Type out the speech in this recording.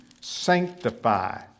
sanctify